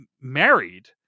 married